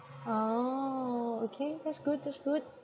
uh okay that's good that's good